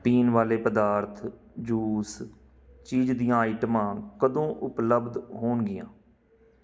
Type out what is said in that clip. ਪੀਣ ਵਾਲੇ ਪਦਾਰਥ ਜੂਸ ਚੀਜ਼ ਦੀਆਂ ਆਈਟਮਾਂ ਕਦੋਂ ਉਪਲੱਬਧ ਹੋਣਗੀਆਂ